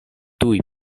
tuj